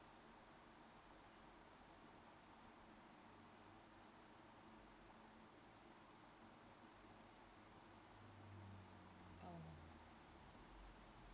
oh